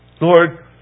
Lord